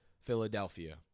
Philadelphia